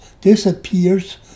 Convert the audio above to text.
disappears